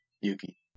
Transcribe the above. Yuki